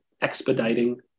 expediting